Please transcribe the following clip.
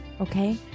okay